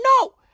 no